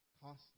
costly